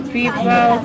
people